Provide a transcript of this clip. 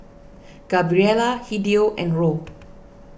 Gabriela Hideo and Roe